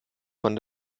von